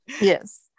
Yes